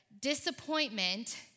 Disappointment